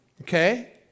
okay